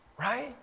right